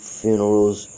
funerals